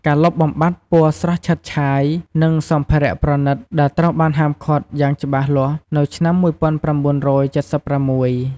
ការលុបបំបាត់ពណ៌ស្រស់ឆើតឆាយ និងសម្ភារៈប្រណិតដែលត្រូវបានហាមឃាត់យ៉ាងច្បាស់លាស់នៅឆ្នាំ១៩៧៦។